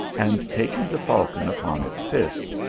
and taking the falcon upon his fist,